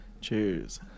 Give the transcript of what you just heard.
Cheers